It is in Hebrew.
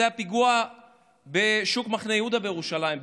היה פיגוע בשוק מחנה יהודה בירושלים,